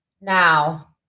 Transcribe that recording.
Now